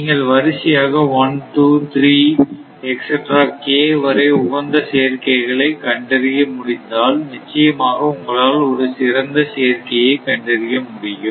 நீங்கள் வரிசையாக 1234 k வரை உகந்த சேர்க்கைகளை கண்டறிய முடிந்தால் நிச்சயமாக உங்களால் ஒரு சிறந்த சேர்க்கையை கண்டறிய முடியும்